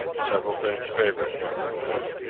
several things favored him in this.